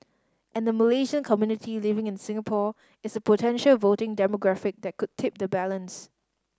and the Malaysian community living in Singapore is a potential voting demographic that could tip the balance